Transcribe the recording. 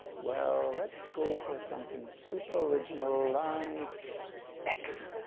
well let's go for something super original like x.